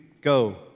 go